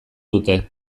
dute